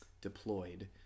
deployed